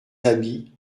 habits